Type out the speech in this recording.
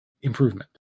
improvement